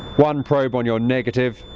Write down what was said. one probe on your negative,